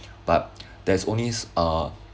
but there's only uh